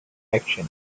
action